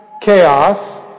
chaos